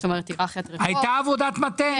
הייתה עבודת מטה.